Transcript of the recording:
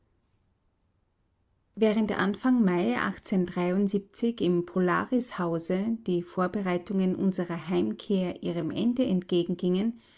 während anfang mai im polaris hause die vorbereitungen unserer heimkehr ihrem ende